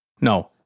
no